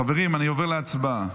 חברים, אני עובר להצבעה.